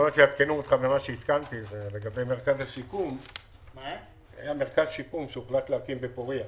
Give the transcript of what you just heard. עדכנתי לגבי מרכז השיקום שהוחלט להקים בפורייה